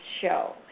show